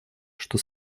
что